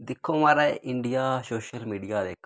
दिक्खो महाराज India social media इक